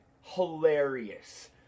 hilarious